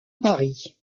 paris